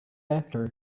after